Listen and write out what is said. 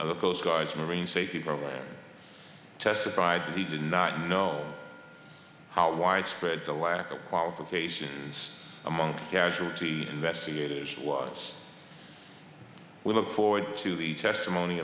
of the coast guard's marine safety program testified that he did not know how widespread the lack of qualifications among casualty investigators was we look forward to the testimony